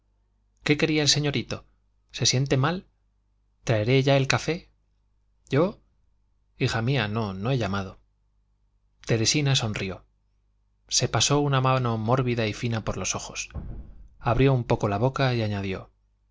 qué quería el señorito se siente mal traeré ya el café yo hija mía no no he llamado teresina sonrió se pasó una mano mórbida y fina por los ojos abrió un poco la boca y añadió